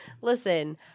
Listen